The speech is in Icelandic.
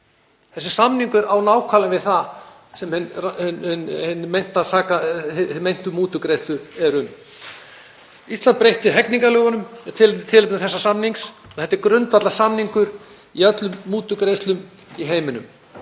Þessi samningur á nákvæmlega við það sem hinar meintu mútugreiðslur eru um. Ísland breytti hegningarlögunum í tilefni þessa samnings og þetta er grundvallarsamningur í öllum mútugreiðslum í heiminum,